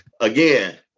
again